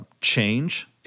change